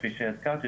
כפי שהזכרת,